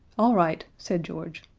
all right, said george,